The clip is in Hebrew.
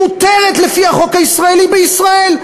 מותרת לפי החוק הישראלי בישראל.